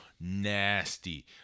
nasty